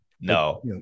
no